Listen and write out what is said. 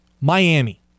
Miami